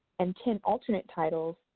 and ten alternate titles,